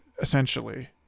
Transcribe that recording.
essentially